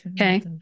Okay